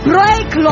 Break